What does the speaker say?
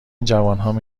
جوانهایی